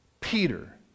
Peter